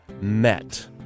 met